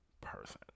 person